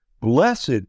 Blessed